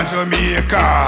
Jamaica